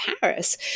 Paris